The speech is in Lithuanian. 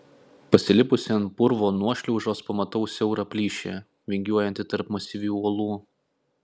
pasilipusi ant purvo nuošliaužos pamatau siaurą plyšį vingiuojantį tarp masyvių uolų